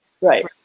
Right